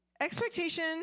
Expectation